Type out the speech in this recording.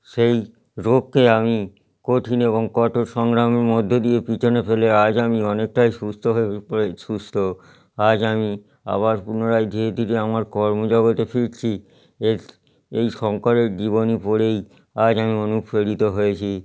সেই রোগকে আমি কঠিন এবং কঠোর সংগ্রামের মধ্য দিয়ে পিছনে ফেলে আজ আমি অনেকটাই সুস্থ হয়ে পড়ে সুস্থ আজ আমি আবার পুনরায় যেটিকে আমার কর্ম জগতে ফিরছি এর এই শঙ্করের জীবনী পড়েই আজ আমি অনুপ্রাণিত হয়েছি